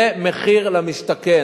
זה מחיר למשתכן.